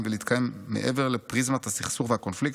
ולהתקיים מעבר לפריזמת הסכסוך והקונפליקט?